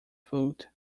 foot